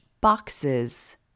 boxes